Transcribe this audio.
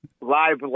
live